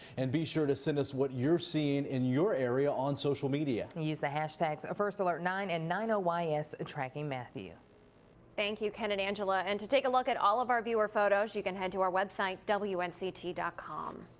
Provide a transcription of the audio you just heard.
and be sure to send us what you're seeing in your area on social media. use hashtags first alert nine and nine o y s tracking matthew thank you, ken and angela. and to take a look at all our viewer photos. you can head to our website. w n c t dot-com.